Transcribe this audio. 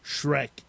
Shrek